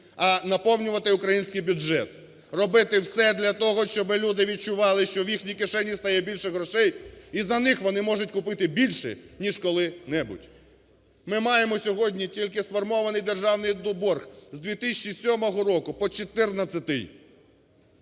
а наповнювати український бюджет. Робити все для того, щоби люди відчували, що в їхній кишені стає більше грошей і за них, вони можуть купити більше, ніж коли-небудь. Ми маємо сьогодні тільки сформований державний борг, з 2007 року по 2014-й.